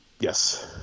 yes